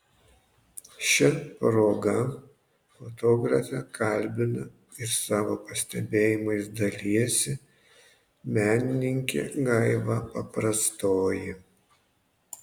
šia proga fotografę kalbina ir savo pastebėjimais dalijasi menininkė gaiva paprastoji